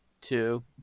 two